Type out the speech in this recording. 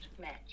match